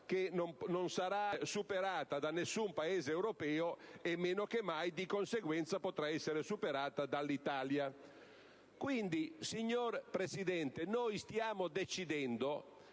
non sarà superata da nessun Paese europeo, e meno che mai potrà essere superata dall'Italia. Quindi, signor Presidente, oggi stiamo decidendo,